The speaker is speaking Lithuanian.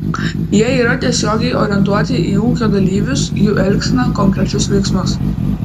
jie yra tiesiogiai orientuoti į ūkio dalyvius jų elgseną konkrečius veiksmus